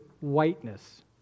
whiteness